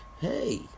hey